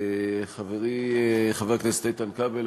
חברי חבר הכנסת איתן כבל,